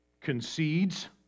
concedes